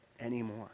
anymore